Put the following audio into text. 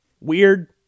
weird